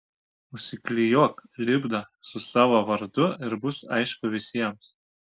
užsiklijuok lipdą su savo vardu ir bus aišku visiems